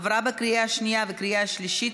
עברה בקריאה שנייה וקריאה שלישית,